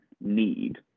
need